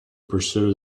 pursue